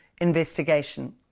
investigation